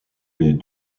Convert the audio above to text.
les